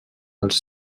dels